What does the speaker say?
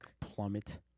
plummet